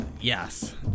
Yes